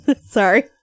Sorry